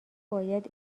باید